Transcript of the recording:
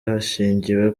hashingiwe